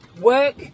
work